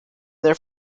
their